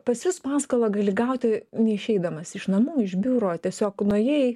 pas jus paskolą gali gauti neišeidamas iš namų iš biuro tiesiog nuėjai